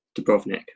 Dubrovnik